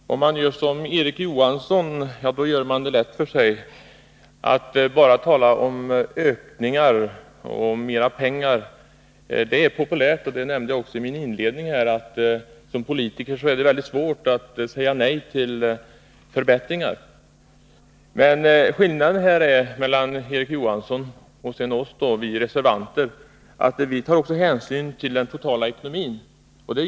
Herr talman! Om man gör som Erik Johansson, gör man det lätt för sig. Att bara tala om ökningar och mera pengar är populärt. Jag nämnde också i min inledning att som politiker är det svårt att säga nej till förbättringar. Skillnaden mellan Erik Johansson och oss reservanter är att vi också tar hänsyn till den totala ekonomin.